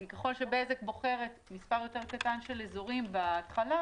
כי ככל שבזק בוחרת מספר קטן יותר של אזורים בהתחלה